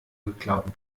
geklauten